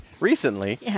recently